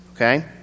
Okay